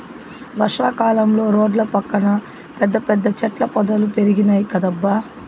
వర్షా కాలంలో రోడ్ల పక్కన పెద్ద పెద్ద చెట్ల పొదలు పెరిగినాయ్ కదబ్బా